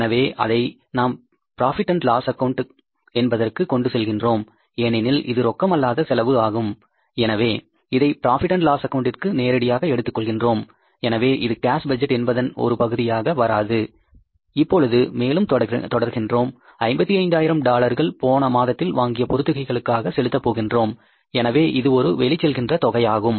எனவே அதை நாம் புரோஃபிட் அண்ட் லாஸ் ஆக்கவுண்ட் என்பதற்கு கொண்டு செல்கின்றோம் ஏனெனில் இது ரொக்கம் அல்லாத செலவு ஆகும் எனவே இதை புரோஃபிட் அண்ட் லாஸ் அக்கவுண்டிற்கு நேரடியாக எடுத்துக் கொள்கின்றோம் எனவே இது கேஸ் பட்ஜெட் என்பதன் ஒரு பகுதியாக வராது இப்பொழுது மேலும் தொடர்கின்றோம் 55 ஆயிரம் டாலர்கள் போன மாதத்தில் வாங்கிய பொறுத்துகைகளுக்காக செலுத்த போகின்றோம் எனவே இது ஒரு வெளி செல்கின்ற தொகையாகும்